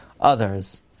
others